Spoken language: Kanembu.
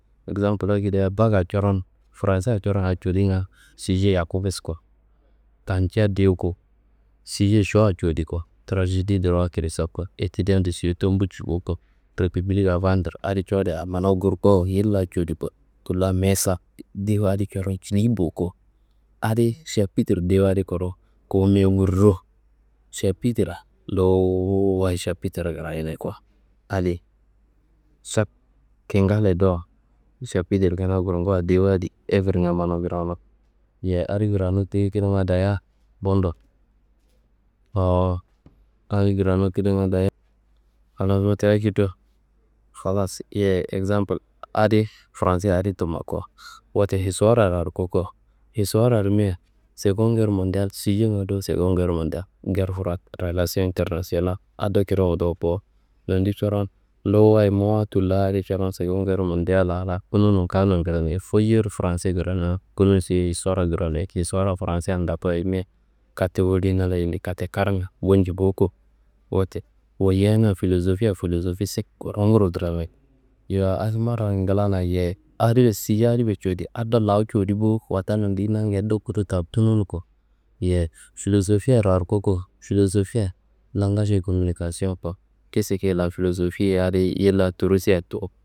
Egzampul akedia bakka coron fransea coron a culika suje yaku bes ko, tantia dewu ko, suje šuwa codi ko: « Tranjedi de Ruwa Kristof ko, Etidian de Suweto boci bo ko, Republik a vadre adi codia amana ngurkuwo yilla codi ko, tulla Me sal tiwa adi coron culi bo ko.» Adi šapitir dewu adi kuru kawu mewu n wuriro šapitirra nduwu wayi šapitirra krayine ko. Adi šak kingalle dowo šapitir kina gulnkuwa dewu wadi hevrenga mano krano, yeyi adi krano teyi kidanga dayia bundo, awo adi krano kidanga dayia. Halas wote akediro, halas yeyi egzampul adi fransea adi tuma ko. Wote histuwararo arko ko, histuwara rimia sengon Ger mondial sujenga dowo sengon Ger mondial, ger fruwad, relasion internasiyonal ando kiriwo dowo bo. Tendi coron nduwu wayi muwa tullo adin coron sengon Ger mondialla lala kununu n kawudo n kranei foyiyor franse kranea, kunun suyo histuwarra kranei. Histuwarra fransea n ndoku ayimia kate wolina layi yindi katenge karinga walci bo ko. Wote woyianga filozofia, filozofi sek ko runguro travayi, yowo adi marawayid nglanna yeyi, adi bes suje adi codi ado layi codi bo, watta nondi lawu ngedero kudo tamtunonu ko, yeyi filozofiaro arko ko filozofia langaš e kominikasiyo ko. Keseke la filozofi adi yilla turusia tuwu.